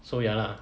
so ya lah